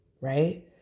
right